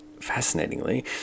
fascinatingly